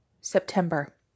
September